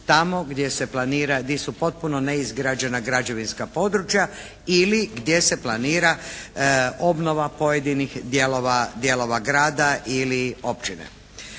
gdje su potpuno neizgrađena građevinska područja ili gdje se planira obnova pojedinih dijelova grada ili općine.